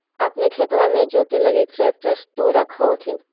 अपने खेतबा मे जोते लगी ट्रेक्टर तो रख होथिन?